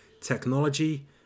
technology